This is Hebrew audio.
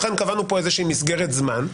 לכן קבענו פה מסגרת זמן,